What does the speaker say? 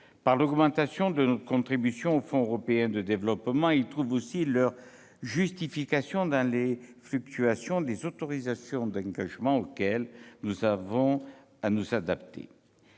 par l'augmentation de notre contribution au Fonds européen de développement et trouvent aussi leur justification dans les fluctuations des autorisations d'engagement auxquelles nous avons à nous adapter.